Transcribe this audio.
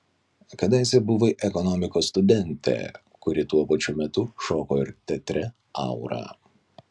kadaise buvai ekonomikos studentė kuri tuo pačiu metu šoko ir teatre aura